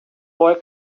boy